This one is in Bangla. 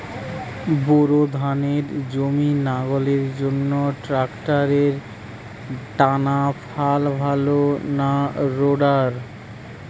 বোর ধানের জমি লাঙ্গলের জন্য ট্রাকটারের টানাফাল ভালো না রোটার?